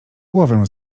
głowę